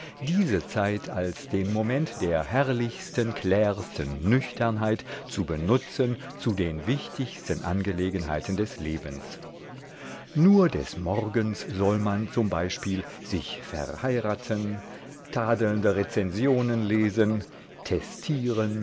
diese zeit als den moment der herrlichsten klärsten nüchternheit zu benutzen zu den wichtigsten angelegenheiten des lebens nur des morgens soll man z b sich verheiraten tadelnde rezensionen lesen